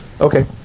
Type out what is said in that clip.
Okay